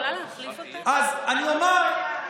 אני עוד מחפש איפה השר לביטחון לאומי ביום כזה.